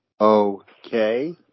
Okay